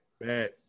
bad